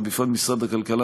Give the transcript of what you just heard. ובפרט משרד הכלכלה,